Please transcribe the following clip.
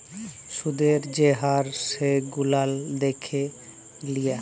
সুদের যে হার সেগুলান দ্যাখে লিয়া